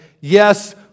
yes